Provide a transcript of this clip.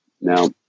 Now